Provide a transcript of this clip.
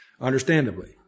understandably